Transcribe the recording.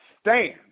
Stand